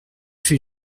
fut